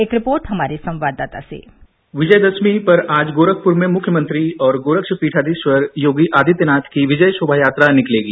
एक रिपोर्ट हमारे संवाददाता से विजयदशमी पर आज गोरखपुर में मुख्यमंत्री और गोरक्षपीठाधीश्वर योगी आदित्यनाथ की विजय शोभायात्रा निकलेगी